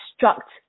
construct